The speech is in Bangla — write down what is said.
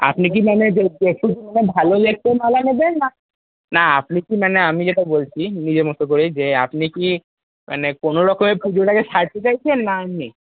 আপনি কি মানে ভালো দেখতে মালা নেবেন না না আপনি কি মানে আমি যেটা বলছি নিজের মতো করে যে আপনি কি মানে কোনওরকমে পুজোটাকে সারতে চাইছেন না এমনি